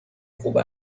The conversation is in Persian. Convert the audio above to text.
خوب